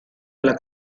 alla